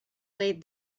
laid